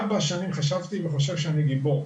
ארבע שנים חשבתי וחושב שאני גיבור.